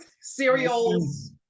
Cereals